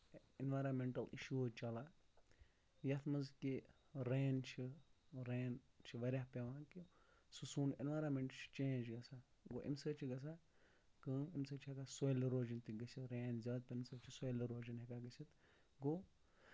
environmental issues چلان یَتھ منٛز کہِ رین چھِ رین چھِ واریاہ پیٚوان کہِ سُہ سون اینوارنمینٹ چھُ چینج گژھان گوٚو اَمہِ سۭتۍ چھُ گژھان کٲم اَمہِ سۭتۍ چھُ ہیٚکان سۄیل اِروجن تہِ گٔژھِتھ رین زیادٕ پینہٕ سۭتۍ چھُ سۄیِل اِروجن ہیٚکان گژھِتھ گوٚو